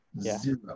Zero